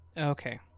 Okay